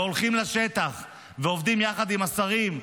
והולכים לשטח ועובדים יחד עם השרים,